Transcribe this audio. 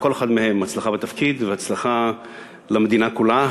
לכל אחד מהם הצלחה בתפקיד והצלחה למדינה כולה,